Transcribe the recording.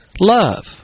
love